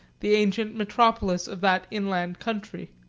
the ancient metropolis of that inland country.